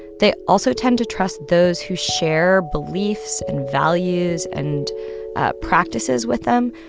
they also tend to trust those who share beliefs and values and ah practices with them.